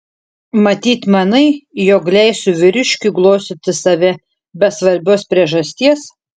matyt manai jog leisiu vyriškiui glostyti save be svarbios priežasties